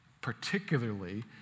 particularly